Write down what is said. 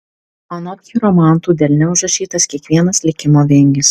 anot chiromantų delne užrašytas kiekvienas likimo vingis